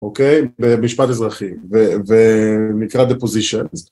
אוקיי? במשפט אזרחי, ונקרא The Positions.